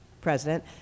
president